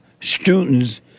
students